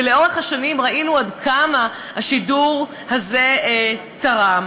ולאורך השנים ראינו עד כמה השידור הזה תרם.